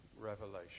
revelation